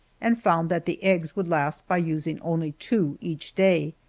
and found that the eggs would last by using only two each day.